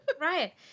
Right